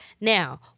now